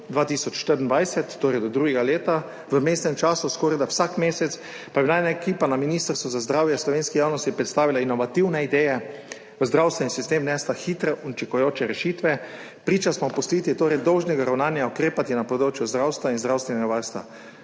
2024, torej do prihodnjega leta. V vmesnem času, skorajda vsak mesec, pa naj bi ekipa na Ministrstvu za zdravje v slovenski javnosti predstavila inovativne ideje in v zdravstveni sistem vnesla hitre, učinkujoče rešitve. Priče smo opustitvi dolžnega ravnanja ukrepati na področju zdravstva in zdravstvenega varstva.